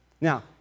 Now